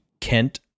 Kent